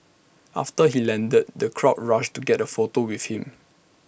after he landed the crowds rushed to get A photo with him